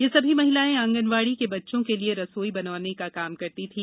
ये सभी महिलाएं आंगनबाड़ी के बच्चों के लिए रसोई बनाने का काम करती थी